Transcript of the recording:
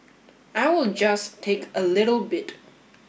I will just take a little bit